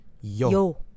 yo